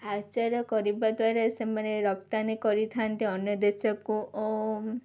ଆଚାର କରିବା ଦ୍ୱାରା ସେମାନେ ରପ୍ତାନି କରିଥାନ୍ତି ଅନ୍ୟ ଦେଶକୁ ଓ